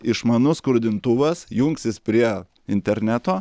išmanus skrudintuvas jungsis prie interneto